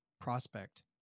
prospect